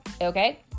okay